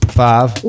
five